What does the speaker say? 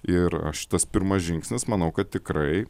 ir šitas pirmas žingsnis manau kad tikrai